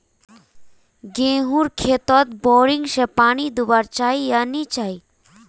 गेँहूर खेतोत बोरिंग से पानी दुबा चही या नी चही?